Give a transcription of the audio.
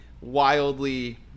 wildly –